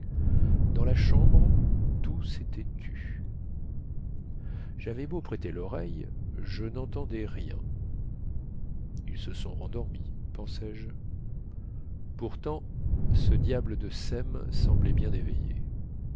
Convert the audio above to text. dans la chambre tout sétait tu javais beau prêter loreille je nentendais rien ils se sont rendormis pensai-je pourtant ce diable de sem semblait bien éveillé